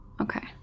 Okay